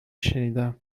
شنیدم